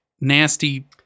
nasty